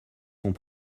sont